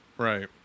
Right